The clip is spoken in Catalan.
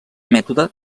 mètode